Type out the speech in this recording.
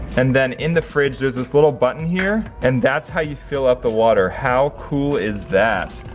and then in the fridge, there's this little button here. and that's how you fill up the water. how cool is that?